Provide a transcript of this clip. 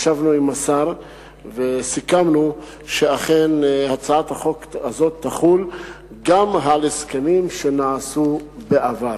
ישבנו עם השר וסיכמנו שאכן הצעת החוק הזו תחול גם על הסכמים שנעשו בעבר,